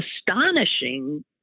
astonishing